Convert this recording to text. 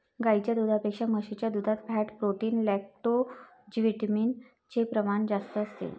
गाईच्या दुधापेक्षा म्हशीच्या दुधात फॅट, प्रोटीन, लैक्टोजविटामिन चे प्रमाण जास्त असते